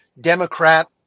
democrat